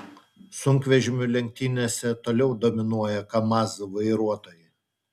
sunkvežimių lenktynėse toliau dominuoja kamaz vairuotojai